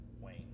Wayne